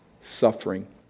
suffering